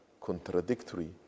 contradictory